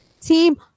Team